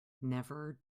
never